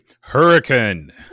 Hurricane